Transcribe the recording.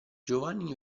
giovanni